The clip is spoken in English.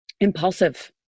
impulsive